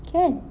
can